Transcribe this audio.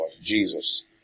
Jesus